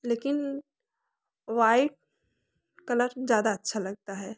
लेकिन white colour ज़्यादा अच्छा लगता है